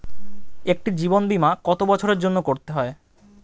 একটি জীবন বীমা কত বছরের জন্য করতে হয়?